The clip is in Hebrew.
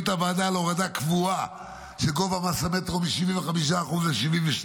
החליטה הוועדה על הורדה קבועה של גובה מס המטרו מ-75% ל-72%.